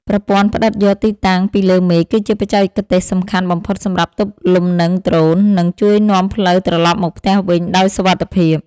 ប្រព័ន្ធផ្ដិតយកទីតាំងពីលើមេឃគឺជាបច្ចេកទេសសំខាន់បំផុតសម្រាប់ទប់លំនឹងដ្រូន និង ជួយនាំផ្លូវត្រលប់មកផ្ទះវិញដោយសុវត្ថិភាព។